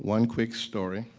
one quick story